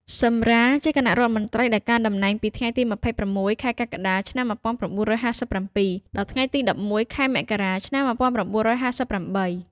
ស៊ឹម រ៉ា ជាគណៈរដ្ឋមន្ត្រីដែលកាន់តំណែងពីថ្ងៃទី ២៦ ខែកក្កដា ឆ្នាំ១៩៥៧ ដល់ថ្ងៃទី ១១ ខែមករា ឆ្នាំ១៩៥៨។